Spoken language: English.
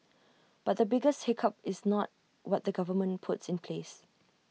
but the biggest hiccup is not what the government puts in place